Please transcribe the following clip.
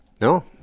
No